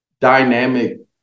dynamic